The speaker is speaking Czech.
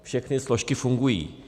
Všechny složky fungují.